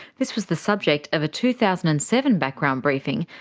this was the subject of a two thousand and seven background briefing,